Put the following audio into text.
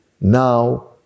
now